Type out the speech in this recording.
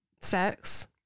sex